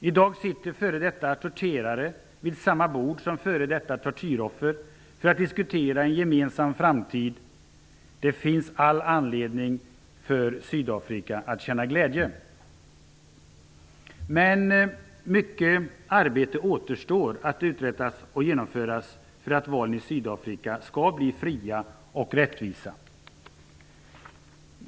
I dag sitter f.d. torterare vid samma bord som f.d. tortyroffer för att diskutera en gemensam framtid. Det finns all anledning för Sydafrika att känna glädje. Men mycket arbete återstår att uträtta och genomföra för att valen i Sydafrika skall bli fria och rättvisa.